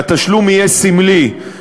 והתשלום יהיה סמלי,